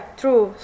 true